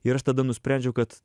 ir aš tada nusprendžiau kad